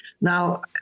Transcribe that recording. Now